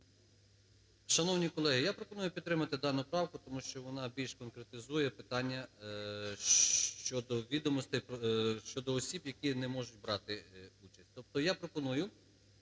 Шановні колеги, я пропоную підтримати дану правку, тому що вона більш конкретизує питання щодо відомостей… щодо осіб, які не можуть брати… Тобто я пропоную